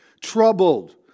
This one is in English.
troubled